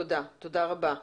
תודה רבה.